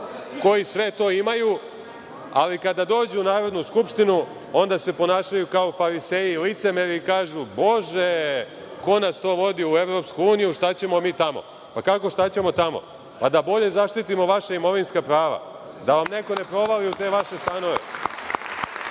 koji sve to imaju, ali kada dođu u Narodnu skupštinu onda se ponašaju kao fariseji i licemeri, kažu – Bože, ko nas to vodi u Evropsku uniju, šta ćemo mi tamo? Kako šta ćemo tamo? Da bolje zaštitimo vaša imovinska prava, da vam neko ne provali u te vaše stanove.